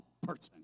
person